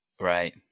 Right